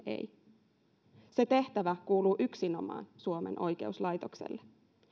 ei se tehtävä kuuluu yksinomaan suomen oikeuslaitokselle